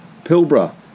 Pilbara